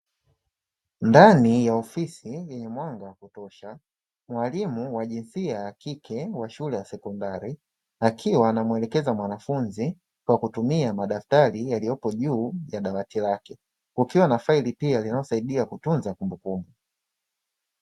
Ndani ya ofisi yenye mwanga wa kutosha, mwalimu wa jinsia ya kike wa shule ya sekondari, akiwa anamuelekeza mwanafunzi kwa kutumia madaftari yalipo juu ya dawati lake. Kukiwa na faili pia linalosaidia kutunza kumbukumbu.